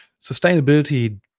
sustainability